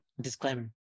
Disclaimer